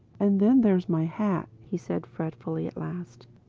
and then there's my hat, he said fretfully at last.